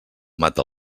mata